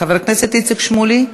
חבר הכנסת איציק שמולי,